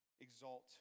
exalt